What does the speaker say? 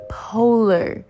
polar